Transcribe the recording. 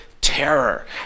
terror